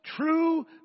true